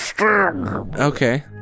Okay